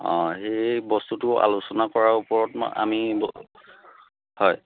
অঁ এই বস্তুটো আলোচনা কৰা ওপৰত আমি হয়